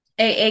AA